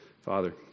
Father